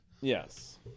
Yes